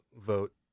vote